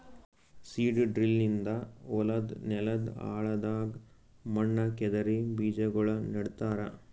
seed drill ನಿಂದ ಹೊಲದ್ ನೆಲದ್ ಆಳದಾಗ್ ಮಣ್ಣ ಕೆದರಿ ಬೀಜಾಗೋಳ ನೆಡ್ತಾರ